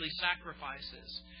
sacrifices